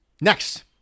Next